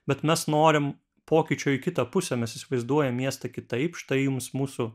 bet mes norim pokyčio į kitą pusę mes įsivaizduojam miestą kitaip štai jums mūsų